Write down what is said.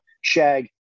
shag